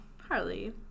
Harley